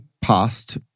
past